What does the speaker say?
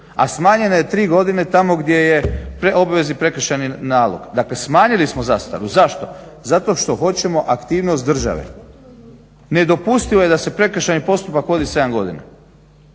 a smanjena je 3 godine tamo gdje je obavezni prekršajni nalog, dakle smanjili smo zastaru. Zašto? Zato što hoćemo aktivnost države. Nedopustivo je da se prekršajni postupak vodi 7 godina.